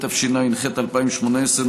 התשע"ח 2018,